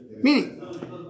Meaning